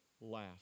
laugh